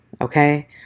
okay